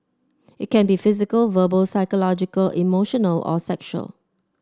it can be physical verbal psychological emotional or sexual